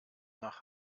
nach